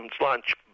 Lunch